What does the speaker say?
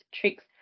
tricks